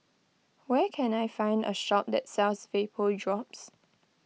where can I find a shop that sells Vapodrops